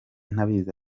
ntabizi